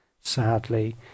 sadly